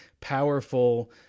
powerful